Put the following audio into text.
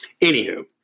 Anywho